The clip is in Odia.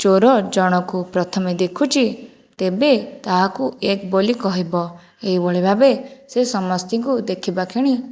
ଚୋର ଜଣକୁ ପ୍ରଥମେ ଦେଖୁଛି ତେବେ ତାହାକୁ ଏକ ବୋଲି କହିବ ଏହିଭଳି ଭାବେ ସେ ସମସ୍ତଙ୍କୁ ଦେଖିବା କ୍ଷଣି